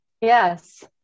yes